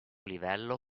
livello